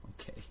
okay